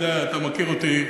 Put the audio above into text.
אתה מכיר אותי,